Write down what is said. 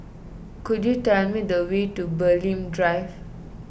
could you tell me the way to Bulim Drive